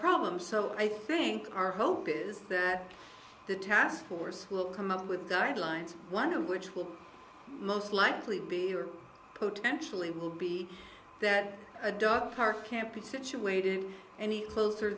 problem so i think our hope is that the task force will come up with guidelines one of which will most likely be potentially will be that a dog park can't be situated any closer